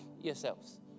yourselves